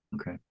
Okay